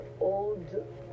old